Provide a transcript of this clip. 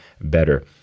better